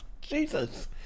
Jesus